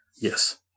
Yes